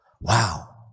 Wow